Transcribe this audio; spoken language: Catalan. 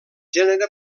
gènere